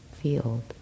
field